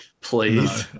Please